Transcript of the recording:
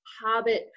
hobbit